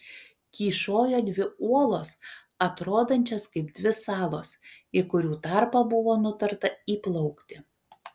kyšojo dvi uolos atrodančios kaip dvi salos į kurių tarpą buvo nutarta įplaukti